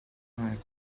ngai